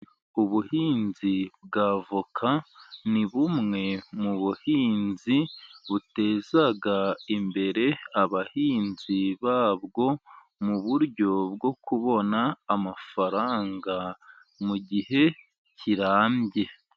Ubuhinzi bw'avoka ni bumwe mu buhinzi buteza imbere abahinzi babwo, mu buryo bwo kubona amafaranga mu gihe kirambye.